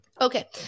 Okay